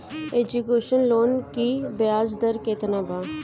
Education loan की ब्याज दर केतना बा?